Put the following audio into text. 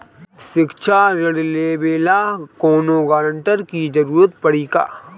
शिक्षा ऋण लेवेला कौनों गारंटर के जरुरत पड़ी का?